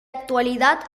actualidad